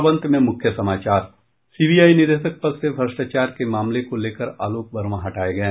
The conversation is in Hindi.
और अब अंत में मुख्य समाचार सीबीआई निदेशक पद से भ्रष्टाचार के मामले को लेकर आलोक वर्मा हटाये गये